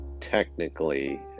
technically